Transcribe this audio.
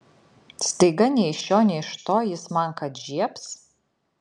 staiga nei iš šio nei iš to jis man kad žiebs